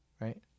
right